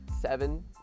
seven